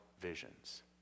Visions